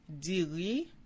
Diri